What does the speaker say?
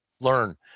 learn